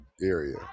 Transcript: area